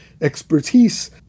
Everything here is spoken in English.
expertise